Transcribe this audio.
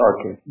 Okay